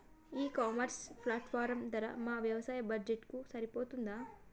ఈ e commerce platform ధర మా వ్యవసాయ బడ్జెట్ కు సరిపోతుందా?